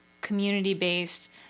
community-based